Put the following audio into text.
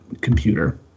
computer